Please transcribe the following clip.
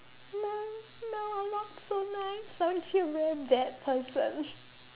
no no I'm not so nice I'm actually a very bad person